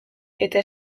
eta